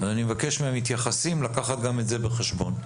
אני מבקש מהמתייחסים לקחת גם את זה בחשבון.